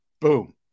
Boom